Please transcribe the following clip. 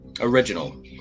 original